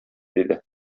диде